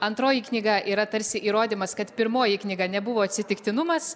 antroji knyga yra tarsi įrodymas kad pirmoji knyga nebuvo atsitiktinumas